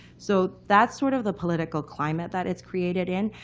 so that's sort of the political climate that it's created in.